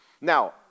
Now